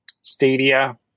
Stadia